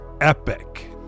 epic